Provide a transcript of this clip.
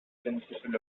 principle